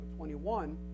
21